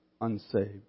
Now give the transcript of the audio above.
unsaved